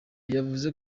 yavuze